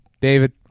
David